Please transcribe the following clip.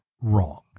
wrong